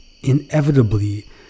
inevitably